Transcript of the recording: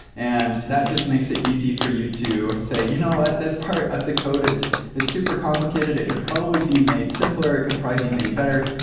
and that just makes it easy for you to say, you know what? this part of the code is is super complicated. it could probably be made simpler. it could probably be made better.